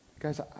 Guys